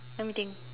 let me think